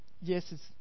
yes